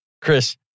Chris